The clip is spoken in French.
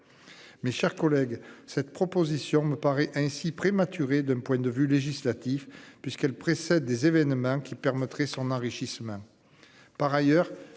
Mes chers collègues. Cette proposition me paraît ainsi prématuré d'un point de vue législatif puisqu'elle précède des événements qui permettrait son enrichissement.